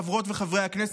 חברות וחברי הכנסת,